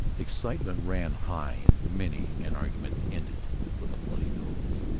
excitement ran high and many an argument ended with a bloody nose.